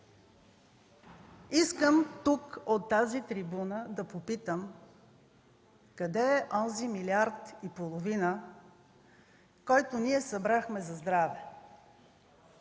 Искам тук, от тази трибуна, да попитам: къде е онзи милиард и половина, който събрахме за здраве?